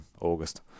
August